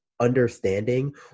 understanding